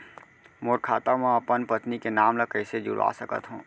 मोर खाता म अपन पत्नी के नाम ल कैसे जुड़वा सकत हो?